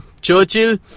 Churchill